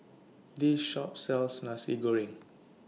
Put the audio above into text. This Shop sells Nasi Goreng